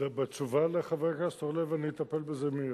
בתשובה לחבר הכנסת אורלב, אני אטפל בזה מייד.